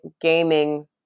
gaming